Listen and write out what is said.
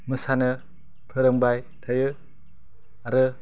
मोसानो फोरोंबाय थायो आरो